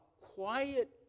quiet